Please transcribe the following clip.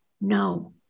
no